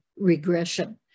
regression